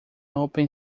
open